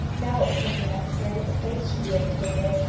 now it was simply necessary that the place should be indicated,